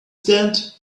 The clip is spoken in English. stand